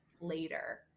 later